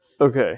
Okay